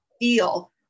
feel